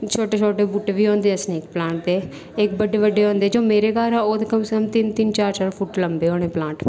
छोटे छोटे बूह्टे बी होंदे स्नैक प्लांट दे इक बड्डे बड्डे होंदे पर जो मेरे घर ऐ ओह् दिक्खो तुस तिन तिन चार चार फुट्ट लम्बे होने प्लांट